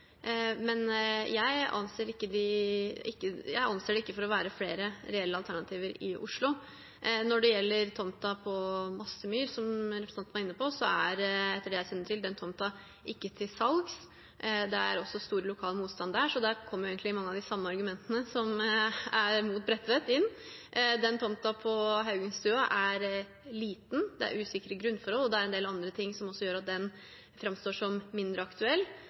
men jeg anser det ikke for å være flere reelle alternativer i Oslo. Når det gjelder tomta på Mastemyr, som representanten var inne på, er, etter det jeg kjenner til, den tomta ikke til salgs. Det er også stor lokal motstand der, så der kommer egentlig mange av de samme argumentene som er mot Bredtvet, inn. Tomta på Haugenstua er liten, det er usikre grunnforhold, og det er en del andre ting som også gjør at den framstår som mindre aktuell.